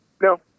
No